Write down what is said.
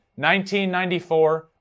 1994